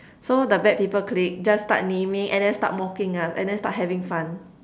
so the bad people clique just start naming and then start mocking us and then start having fun